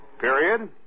period